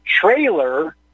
trailer